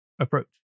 approach